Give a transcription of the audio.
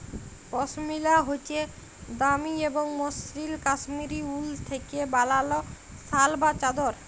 পশমিলা হছে দামি এবং মসৃল কাশ্মীরি উল থ্যাইকে বালাল শাল বা চাদর